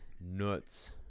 nuts